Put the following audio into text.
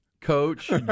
Coach